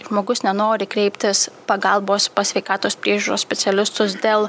žmogus nenori kreiptis pagalbos pas sveikatos priežiūros specialistus dėl